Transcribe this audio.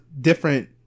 different